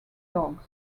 dogs